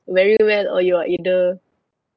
very well or you're either